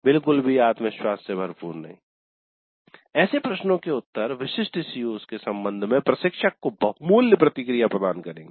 बिल्कुल भी आत्मविश्वास से भरपूर नहीं ऐसे प्रश्नों के उत्तर विशिष्ट CO's के संबंध में प्रशिक्षक को बहुमूल्य प्रतिक्रिया प्रदान करेंगे